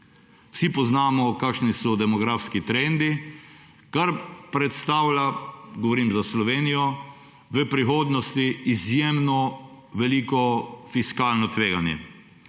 Vsi poznamo, kakšni so demografski trendi, kar predstavlja, govorim za Slovenijo, v prihodnosti izjemno veliko fiskalno tveganje.